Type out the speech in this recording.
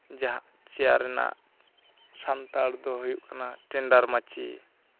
ᱡᱟᱦᱟᱸ ᱪᱮᱭᱟᱨ ᱨᱮᱱᱟᱜ ᱥᱟᱱᱛᱟᱲ ᱫᱚ ᱦᱩᱭᱩᱜ ᱠᱟᱱᱟ ᱴᱮᱱᱰᱟᱨ ᱢᱟᱪᱤ